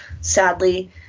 sadly